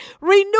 renew